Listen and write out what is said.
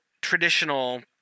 traditional